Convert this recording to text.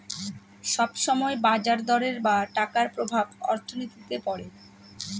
সব সময় বাজার দরের বা টাকার প্রভাব অর্থনীতিতে পড়ে